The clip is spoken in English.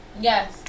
Yes